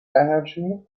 energy